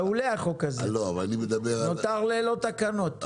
מעולה החוק הזה, נותר ללא תקנות.